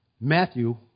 Matthew